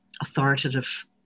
authoritative